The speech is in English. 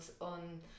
on